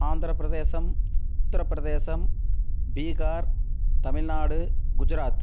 Andhra Pradesh Uttar Pradesh Bihar Tamil Nadu Gujarat